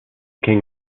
king